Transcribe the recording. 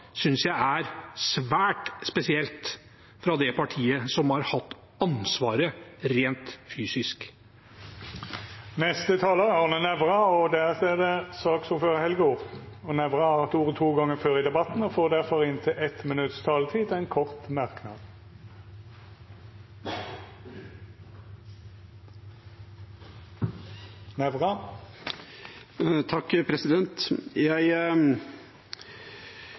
Men jeg gjentar: Akkurat det som har skjedd i dag, synes jeg er svært spesielt fra det partiet som har hatt ansvaret rent fysisk. Representanten Arne Nævra har hatt ordet to gonger tidlegare i debatten og får ordet til ein kort merknad, avgrensa til 1 minutt. Jeg